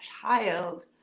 child